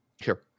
Sure